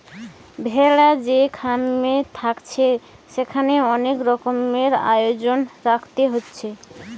ভেড়া যে খামারে থাকছে সেখানে অনেক রকমের আয়োজন রাখতে হচ্ছে